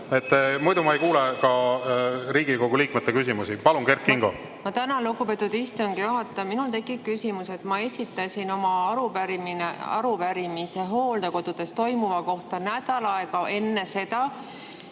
Muidu ma ei kuule ka Riigikogu liikmete küsimusi. Palun, Kert Kingo! Ma tänan, lugupeetud istungi juhataja! Minul tekkis küsimus, sest ma esitasin oma arupärimise hooldekodudes toimuva kohta nädal aega enne seda,